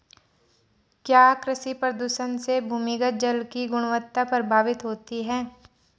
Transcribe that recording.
क्या कृषि प्रदूषण से भूमिगत जल की गुणवत्ता प्रभावित होती है?